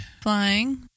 Flying